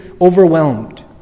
overwhelmed